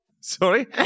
Sorry